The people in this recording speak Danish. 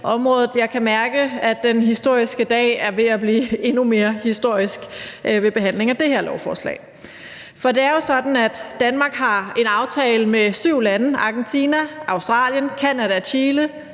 Jeg kan mærke, at den historiske dag er ved at blive endnu mere historisk ved behandlingen af det her lovforslag. For det er jo sådan, at Danmark har en aftale med syv lande, Argentina, Australien, Canada, Chile,